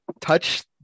Touch